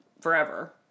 forever